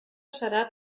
serà